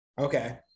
Okay